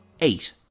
Eight